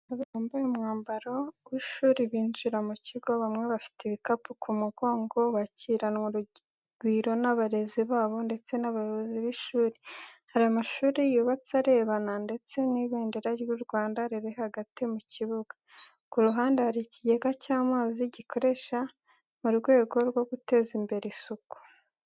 Abana bambaye umwambaro w’ishuri binjira mu kigo, bamwe bafite ibikapu ku mugongo, bakiranwa urugwiro n’abarezi babo ndetse n’abayobozi b’ishuri. Hari amashuri yubatse arebana ndetse n’ibendera ry’u Rwanda riri hagati mu kibuga. Ku ruhande, hari ikigega cy’amazi, gikoreshwa mu rwego rwo guteza imbere isuku.